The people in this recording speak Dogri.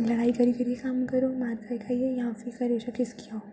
लड़ाई करी करी कम्म करो मार खाई खाइये जां फिर घरा शा खिसकी जाओ